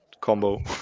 combo